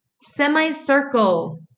Semicircle